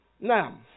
Now